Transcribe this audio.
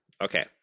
Okay